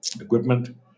equipment